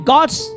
God's